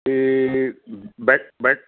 ਅਤੇ ਬੈ ਬੈ